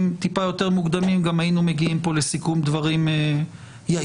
טיפה יותר מוקדמים גם היינו מגיעים פה לסיכום דברים יעיל.